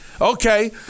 okay